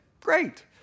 great